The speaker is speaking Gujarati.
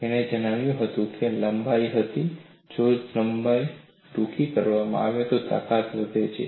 તેણે જે કહ્યું તે લંબાઈ હતી જો લંબાઈ ટૂંકી કરવામાં આવે તો તાકાત વધે છે